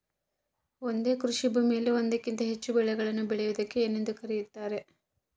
ಒಂದೇ ಕೃಷಿಭೂಮಿಯಲ್ಲಿ ಒಂದಕ್ಕಿಂತ ಹೆಚ್ಚು ಬೆಳೆಗಳನ್ನು ಬೆಳೆಯುವುದಕ್ಕೆ ಏನೆಂದು ಕರೆಯುತ್ತಾರೆ?